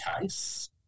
case